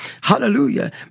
hallelujah